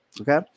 Okay